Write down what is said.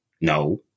No